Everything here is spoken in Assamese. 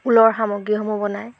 ঊলৰ সামগ্ৰীসমূহ বনায়